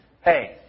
Hey